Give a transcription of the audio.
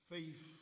Faith